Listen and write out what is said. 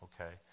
Okay